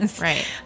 Right